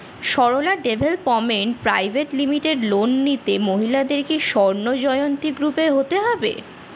Sarala development private limited loan নিতে মহিলাদের কি স্বর্ণ জয়ন্তী গ্রুপে হতে হবে?